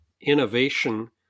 innovation